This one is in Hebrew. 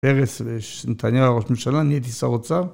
פרס ונתניהו ראש הממשלה נהייתי שר אוצר